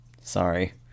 Sorry